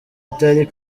atari